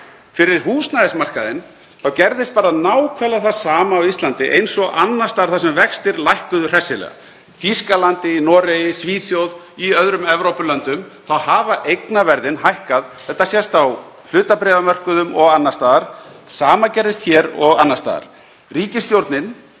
Á húsnæðismarkaðnum gerðist bara nákvæmlega það sama á Íslandi og annars staðar þar sem vextir lækkuðu hressilega. Í Þýskalandi, Noregi, Svíþjóð og öðrum Evrópulöndum hefur eignaverð hækkað. Þetta sést á hlutabréfamörkuðum og annars staðar. Sama gerðist hér og annars staðar. Ríkisstjórnin,